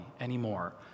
anymore